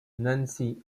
nancy